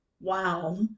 Wow